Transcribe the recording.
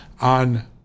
on